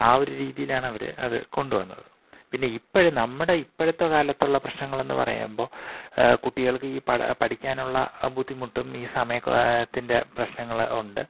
ആ ഒരു രീതിയിലാണവര് അത് കൊണ്ടുവന്നത് പിന്നെ ഇപ്പോള് നമ്മുടെ ഇപ്പോഴത്തെ കാലത്തുള്ള പ്രശ്നങ്ങളെന്ന് പറയുമ്പോള് കുട്ടികൾക്ക് ഈ പഠ പഠിക്കാനുള്ള ബുദ്ധിമുട്ടും ഈ സമയകൊ ത്തിൻ്റെ പ്രശ്നങ്ങള് ഒണ്ട്